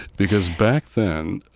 because back then,